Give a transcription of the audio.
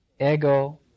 Ego